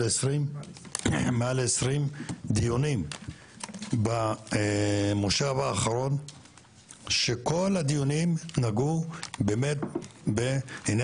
הוועדות הגיאוגרפיות שוכחות שבית המשפט העליון כבר לפני כמעט 60 שנה